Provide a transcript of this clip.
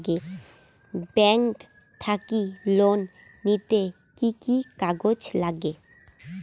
Bank থাকি loan নিতে কি কি কাগজ নাগে?